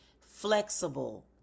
flexible